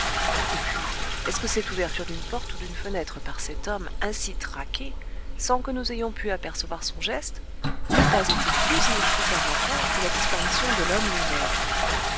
et puis est-ce que cette ouverture d'une porte ou d'une fenêtre par cet homme ainsi traqué sans que nous ayons pu apercevoir son geste n'eût pas été plus inexplicable encore que la disparition de l'homme lui-même